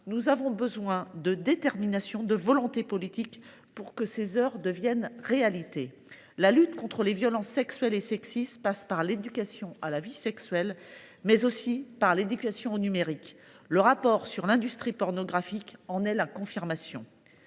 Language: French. il faut de la détermination, de la volonté politique, pour que ces heures deviennent réalité. La lutte contre les violences sexuelles et sexistes passe par l’éducation à la vie sexuelle, mais aussi par l’éducation au numérique ; le rapport d’information sur l’industrie pornographique le confirme.